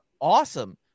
awesome